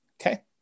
Okay